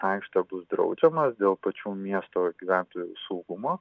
aikštę bus draudžiama dėl pačių miesto gyventojų saugumo